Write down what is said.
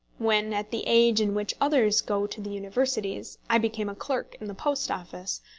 when, at the age in which others go to the universities, i became a clerk in the post office,